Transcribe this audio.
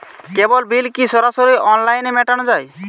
কেবল bill কি সরাসরি অনলাইনে মেটানো য়ায়?